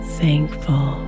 thankful